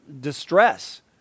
distress